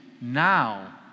now